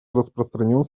распространен